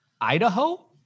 Idaho